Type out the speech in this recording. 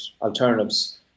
alternatives